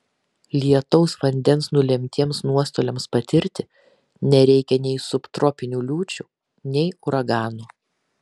lietaus vandens nulemtiems nuostoliams patirti nereikia nei subtropinių liūčių nei uraganų